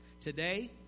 Today